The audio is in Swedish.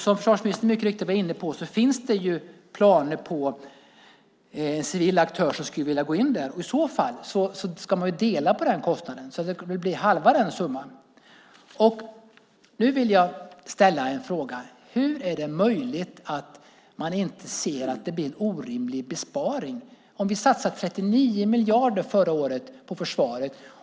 Som försvarsministern mycket riktigt var inne på finns det planer på en civil aktör som skulle vilja gå in där, och i så fall ska man ju dela på den kostnaden så att det blir halva summan. Nu vill jag ställa en fråga: Hur är det möjligt att man inte ser att det blir en orimlig besparing? Förra året satsade vi 39 miljarder på försvaret.